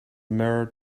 mirror